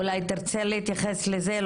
אולי תרצה להתייחס לזה.